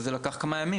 וזה לקח כמה ימים,